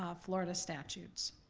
ah florida statutes.